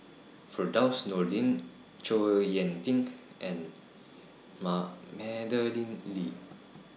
Firdaus Nordin Chow Yian Ping and Madeleine Lee